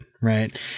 right